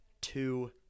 two